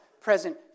present